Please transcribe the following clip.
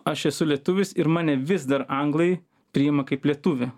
aš esu lietuvis ir mane vis dar anglai priima kaip lietuvį